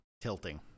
tilting